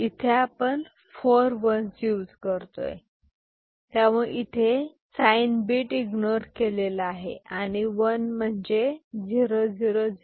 इथे आपण four ones use करतोय त्यामुळे इथे साईं बीट इग्नोर केला आहे आणि वन म्हणजे 0001